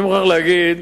אני מוכרח להגיד